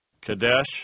Kadesh